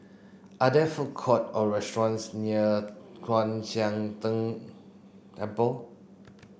are there food court or restaurants near Kwan Siang Tng Temple